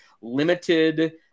limited